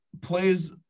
plays